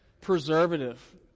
Preservative